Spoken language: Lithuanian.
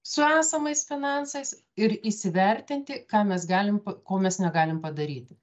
su esamais finansais ir įsivertinti ką mes galim ko mes negalim padaryti